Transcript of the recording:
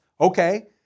Okay